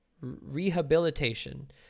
rehabilitation